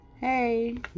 hey